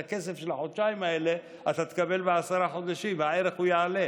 את הכסף של החודשיים האלה תקבל בעשרה חודשים והערך יעלה,